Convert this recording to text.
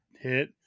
Hit